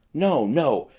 no! no!